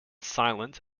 silent